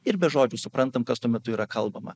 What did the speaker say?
ir be žodžių suprantam kas tuo metu yra kalbama